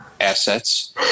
assets